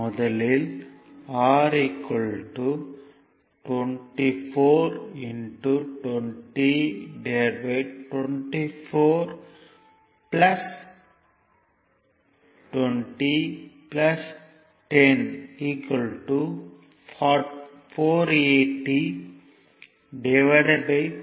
முதலில் R 24 2024 20 10 480 54 8